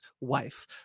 wife